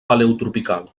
paleotropical